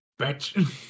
bitch